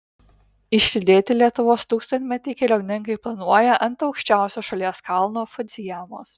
išlydėti lietuvos tūkstantmetį keliauninkai planuoja ant aukščiausio šalies kalno fudzijamos